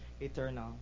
eternal